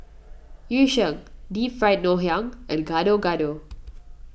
Yu Sheng Deep Fried Ngoh Hiang and Gado Gado